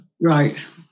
Right